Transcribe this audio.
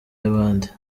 y’abandi